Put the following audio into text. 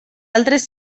altres